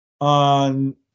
on